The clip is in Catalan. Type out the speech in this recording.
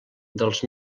dels